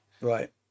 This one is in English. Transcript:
Right